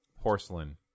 porcelain